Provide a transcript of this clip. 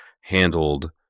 handled